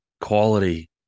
quality